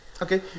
Okay